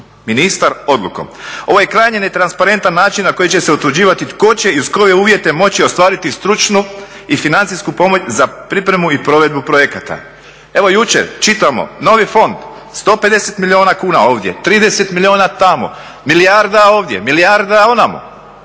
ministar odlukom. Ovo je krajnje netransparentan način na koji će se utvrđivati tko će i uz koje uvjete moći ostvariti stručnu i financijsku pomoć za pripremu i provedbu projekata. Evo jučer čitamo, novi fond, 150 milijuna kuna ovdje, 30 milijuna tamo, milijarda ovdje, milijarda onamo.